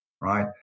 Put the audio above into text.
right